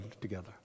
together